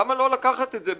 למה לא לקחת את זה,